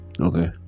Okay